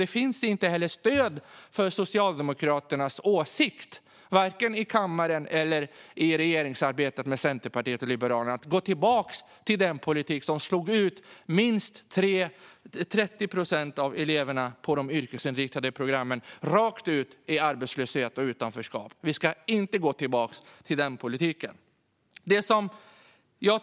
Det finns inte heller stöd för Socialdemokraternas åsikt, varken i kammaren eller i regeringens samarbete med Centerpartiet och Liberalerna, om att gå tillbaka till den politik som slog ut minst 30 procent av eleverna på de yrkesinriktade programmen. De kastades rakt ut i arbetslöshet och utanförskap. Vi ska inte gå tillbaka till den politiken. Fru talman!